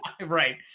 Right